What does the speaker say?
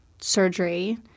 surgery